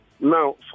Now